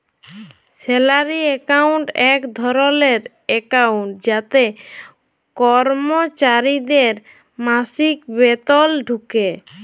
salary account এক ধরলের account যাতে করমচারিদের মাসিক বেতল ঢুকে